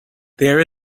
there